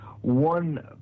one